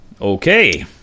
Okay